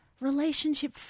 relationship